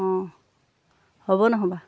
অঁ হ'ব নহয়বা